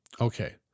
Okay